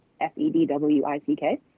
F-E-D-W-I-C-K